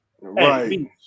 right